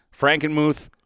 Frankenmuth